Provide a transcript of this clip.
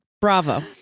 Bravo